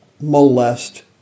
molest